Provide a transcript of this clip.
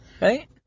Right